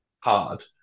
hard